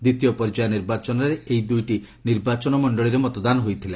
ଦ୍ୱିତୀୟ ପର୍ଯ୍ୟାୟ ନିର୍ବାଚନରେ ଏହି ଦୁଇଟି ନିର୍ବାଚନ ମଣ୍ଡଳୀରେ ହୋଇଥିଲା